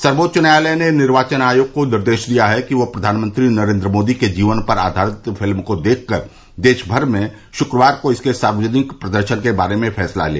सर्वोच्च न्यायालय ने निर्वाचन आयोग को निर्देश दिया है कि वह प्रधानमंत्री नरेन्द्र मोदी के जीवन पर आधारित फ़िल्म को देखकर देशभर में शुक्रवार को इसके सार्वजनिक प्रदर्शन के बारे में फैसला ले